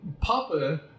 Papa